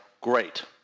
great